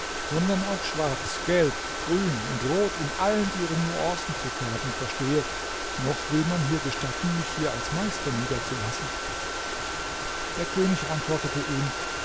sondern auch schwarz gelb grün und rot in allen ihren nuancen zu färben verstehe noch will man hier gestatten mich hier als meister niederzulassen der könig antwortete ihm